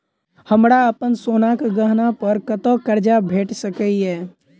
हमरा अप्पन सोनाक गहना पड़ कतऽ करजा भेटि सकैये?